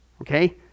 okay